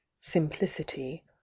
simplicity